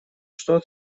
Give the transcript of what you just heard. что